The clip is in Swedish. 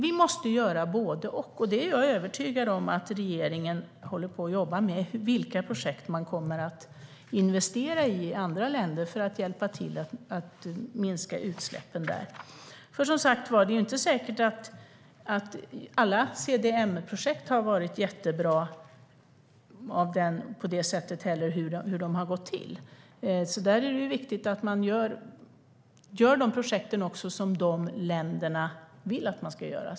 Vi måste göra både och, och jag är övertygad om att regeringen jobbar med vilka projekt man kommer att investera i i andra länder för att hjälpa till att minska utsläppen där. Det är, som sagt, inte säkert att alla CDM-projekt har varit jättebra när det gäller hur de har gått till. Det är alltså viktigt att man gör de projekt som länderna vill att man ska göra.